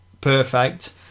perfect